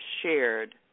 shared